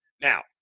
Now